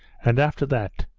and after that,